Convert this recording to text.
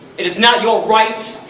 it is not your right!